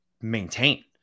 maintain